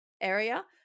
area